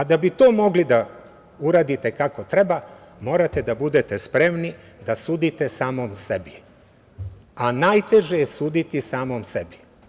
Da bi to mogli da uradite kako treba morate da budete spremni da sudite samom sebi, a najteže je suditi samom sebi.